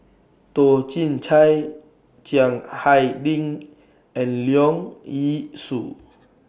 Toh Chin Chye Chiang Hai Ding and Leong Yee Soo